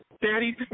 Daddy